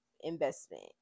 investment